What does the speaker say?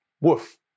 Woof